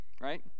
Right